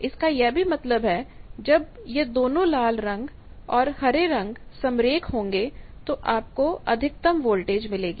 इसका यह भी मतलब है कि जब यह दोनों लाल और हरे रंग समरेख collinear कोलीनियर होंगे तो आपको अधिकतम वोल्टेज मिलेगी